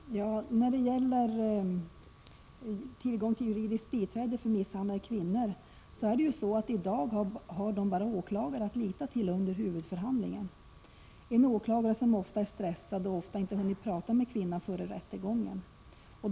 Herr talman! När det gäller tillgång till juridiskt biträde för misshandlade kvinnor förhåller det sig så att dessa kvinnor i dag bara har åklagaren att lita till under huvudförhandlingen, en åklagare som ofta är stressad och inte ens hinner prata med kvinnan före rättegången.